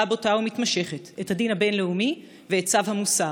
בוטה ומתמשכת את הדין הבין-לאומי ואת צו המוסר.